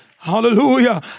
hallelujah